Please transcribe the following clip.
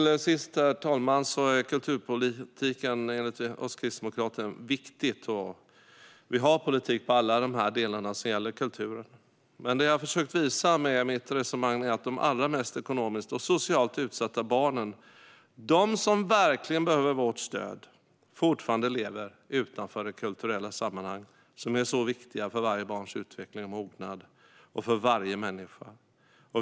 Herr talman! Enligt oss kristdemokrater är kulturpolitiken viktig, och vi har en politik för alla de delar som gäller kulturen. Det jag har försökt visa med mitt resonemang är att de allra mest ekonomiskt och socialt utsatta barnen, de som verkligen behöver vårt stöd, fortfarande lever utanför de kulturella sammanhang som är så viktiga för varje barns utveckling och mognad och för varje människa.